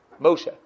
Moshe